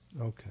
Okay